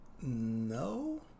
No